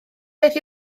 beth